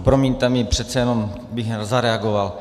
Promiňte mi, přece jenom bych zareagoval.